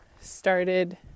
started